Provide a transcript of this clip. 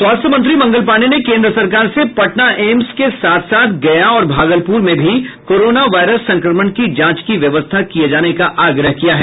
स्वास्थ्य मंत्री मंगल पांडेय ने केन्द्र सरकार से पटना एम्स के साथ साथ गया और भागलपुर में भी कोरोना वायरस संक्रमण की जांच की व्यवस्था किये जाने का आग्रह किया है